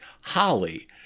Holly